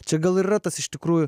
čia gal yra tas iš tikrųjų